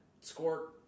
score